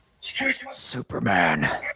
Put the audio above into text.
Superman